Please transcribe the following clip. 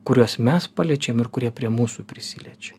kuriuos mes paliečiam ir kurie prie mūsų prisiliečia